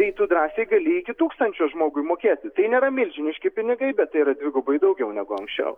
tai tu drąsiai gali iki tūkstančio žmogui mokėti tai nėra milžiniški pinigai bet tai yra dvigubai daugiau negu anksčiau